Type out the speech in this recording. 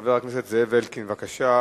חבר הכנסת זאב אלקין, בבקשה,